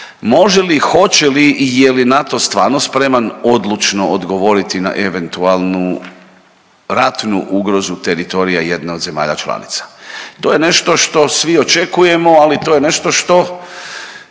može li, hoće li i je li NATO stvarno spreman odlučno odgovoriti na eventualnu ratnu ugrozu teritorija jedne od zemalja članica? To je nešto što svi očekujemo, ali to je nešto što